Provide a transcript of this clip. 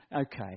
okay